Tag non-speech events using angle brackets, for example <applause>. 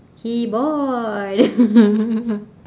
he bored <laughs>